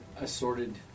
assorted